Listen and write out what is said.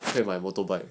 可以买 motorbike